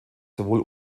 sowohl